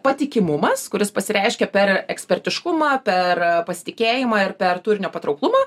patikimumas kuris pasireiškia per ekspertiškumą per pasitikėjimą ir per turinio patrauklumą